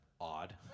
odd